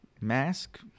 mask